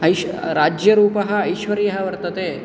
ऐश् राज्यरूपः ऐश्वर्यः वर्तते